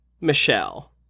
Michelle